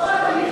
לא רק,